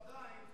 עדיין,